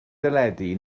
deledu